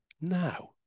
now